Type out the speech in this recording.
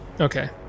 Okay